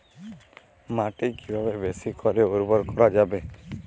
মাটি কিভাবে বেশী করে উর্বর করা যাবে?